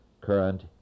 current